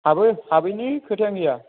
हाबो हाबैनि खोथायानो गैया